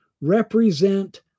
represent